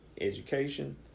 education